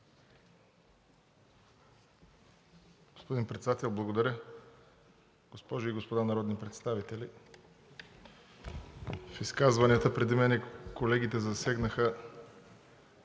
Господин Председател, благодаря. Госпожи и господа народни представители! В изказванията преди мен колегите засегнаха,